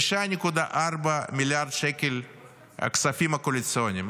5.4 מיליארד שקל הכספים הקואליציוניים.